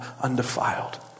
undefiled